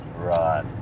Right